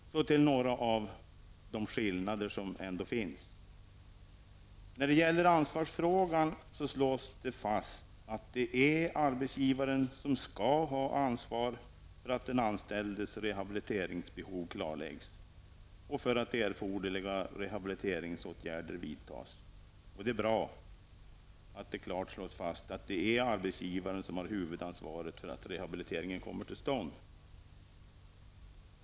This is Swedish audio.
Så vill jag nämna några av de skillnader som ändå finns. Det slås i betänkandet fast att det är arbetsgivaren som skall ha ansvar för att den anställdes rehabiliteringsbehov klarläggs och för att erforderliga rehabiliteringsåtgärder vidtas. Det är bra att det klart slås fast att det är arbetsgivaren som har huvudansvaret för att rehabiliteringen kommer till stånd.